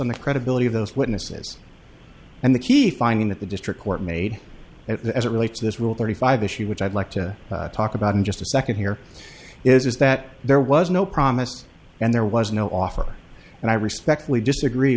on the credibility of those witnesses and the key finding that the district court made as it relates to this rule thirty five issue which i'd like to talk about in just a second here is that there was no promise and there was no offer and i respectfully disagree